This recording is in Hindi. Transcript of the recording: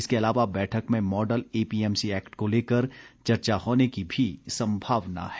इसके अलावा बैठक में मॉडल एपीएमसी एक्ट को लेकर चर्चा होने की भी संभावना है